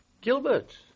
Gilbert